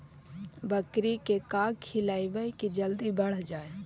बकरी के का खिलैबै कि जल्दी बढ़ जाए?